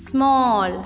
Small